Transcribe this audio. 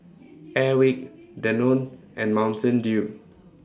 Airwick Danone and Mountain Dew